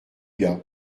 gars